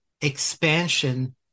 expansion